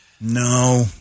No